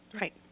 Right